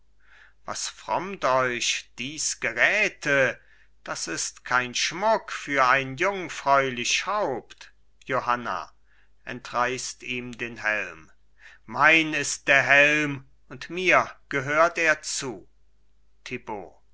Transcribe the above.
was frommt euch dies geräte das ist kein schmuck für ein jungfräulich haupt johanna entreißt ihm den helm mein ist der helm und mir gehört er zu